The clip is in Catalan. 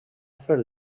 fer